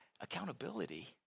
Accountability